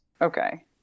Okay